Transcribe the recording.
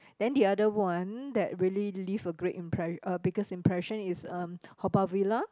then the other one that really leave a great impre~ uh biggest impression is um Haw-Par-Villa